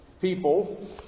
people